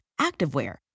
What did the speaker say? activewear